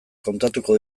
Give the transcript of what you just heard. kontatuko